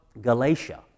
Galatia